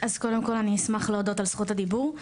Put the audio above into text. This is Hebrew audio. אז קודם כל אני אשמח להודות על זכות הדיבור.